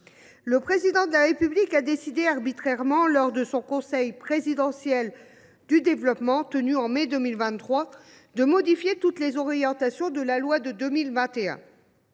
le Président de la République a décidé, arbitrairement, lors du conseil présidentiel du développement qu’il a réuni en mai 2023, de modifier toutes les orientations de la loi de 2021.